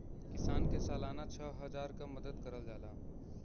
किसान के सालाना छः हजार क मदद करल जाला